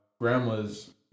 grandma's